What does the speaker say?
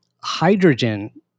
hydrogen